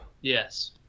Yes